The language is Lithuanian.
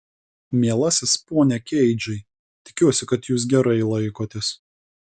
mielasis pone keidžai tikiuosi kad jūs gerai laikotės